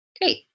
Great